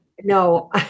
no